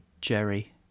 Jerry